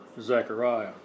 Zechariah